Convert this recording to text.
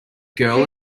girl